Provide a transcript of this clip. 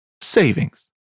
savings